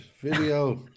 Video